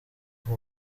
kuza